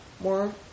More